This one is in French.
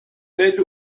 tel